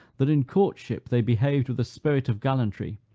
that in courtship they behaved with a spirit of gallantry,